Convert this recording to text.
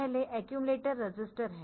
पहले accumulator register है